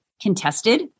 contested